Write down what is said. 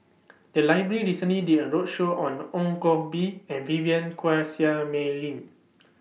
The Library recently did A roadshow on Ong Koh Bee and Vivien Quahe Seah Mei Lin